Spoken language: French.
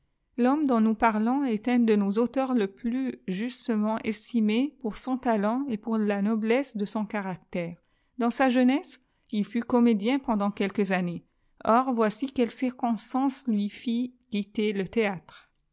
l'homme dont nous parions est un de nos auteurs le plus jiiirtemt estimé pour soif talent et pour la noblesse de son caractère dans sa jeunesse il fut oeolédien pendant quelques années or voici quelle drooobtuioe lui fit quitter le thétre